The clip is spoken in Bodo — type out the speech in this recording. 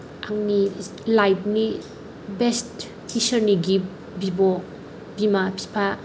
आंनि लाइफ नि बेस्ट इसोरनि गिफ्ट बिब' बिमा बिफा